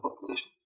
population